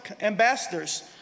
ambassadors